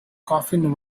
coffin